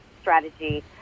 strategy